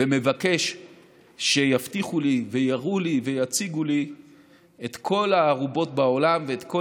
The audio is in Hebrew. ומבקש שיבטיחו לי ויראו לי ויציגו לי את כל הערובות בעולם ואת כל